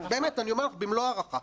באמת אני אומר לך, במלוא ההערכה.